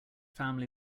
family